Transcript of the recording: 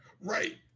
Right